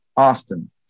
Austin